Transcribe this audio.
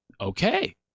Okay